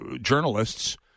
journalists